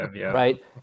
Right